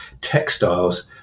textiles